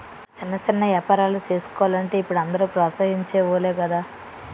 సిన్న సిన్న ఏపారాలు సేసుకోలంటే ఇప్పుడు అందరూ ప్రోత్సహించె వోలే గదా